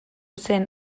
zen